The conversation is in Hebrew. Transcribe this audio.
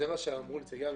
זה מה שאמרו נציגי המשטרה,